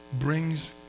brings